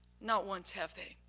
not once have they.